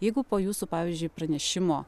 jeigu po jūsų pavyzdžiui pranešimo